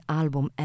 album